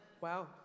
Wow